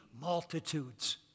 multitudes